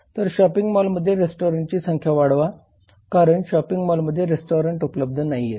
तर शॉपिंग मॉलमध्ये रेस्टॉरंट्सची संख्या वाढवा कारण शॉपिंग मॉलमध्ये रेस्टॉरंट उपलब्ध नाहीत